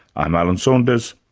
i'm alan saunders,